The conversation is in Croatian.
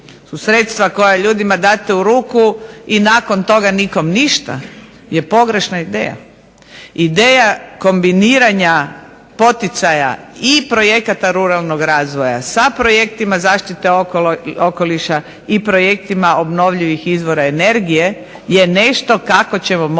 Sredstva kojima ljudima date u ruku i nakon toga nikom ništa je pogrešna ideja. Ideja kombiniranja poticaja i projekata ruralnog razvoja sa projektima zaštite okoliša i projektima obnovljivih izvora energije je nešto kako ćemo morati